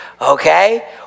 okay